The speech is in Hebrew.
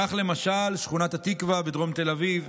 כך למשל שכונת התקווה בדרום תל אביב,